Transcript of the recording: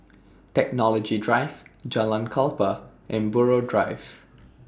Technology Drive Jalan Klapa and Buroh Drive